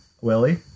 Willie